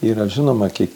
yra žinoma kiek